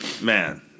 man